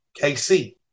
KC